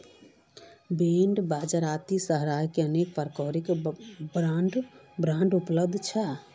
bond बाजारत सहारार अनेक प्रकारेर बांड उपलब्ध छ